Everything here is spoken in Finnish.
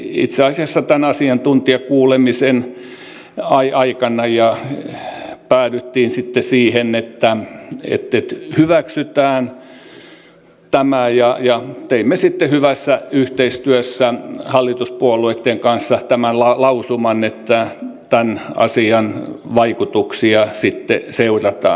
itse asiassa tämän asiantuntijakuulemisen aikana päädyttiin siihen että hyväksytään tämä ja teimme sitten hyvässä yhteistyössä hallituspuolueitten kanssa lausuman että tämän asian vaikutuksia seurataan